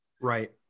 right